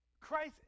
Christ